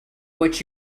what